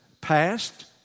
past